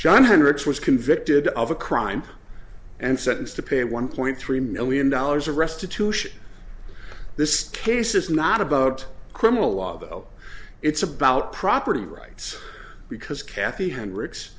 john hundreds was convicted of a crime and sentenced to pay one point three million dollars restitution this case is not about criminal law though it's about property rights because kathy hendri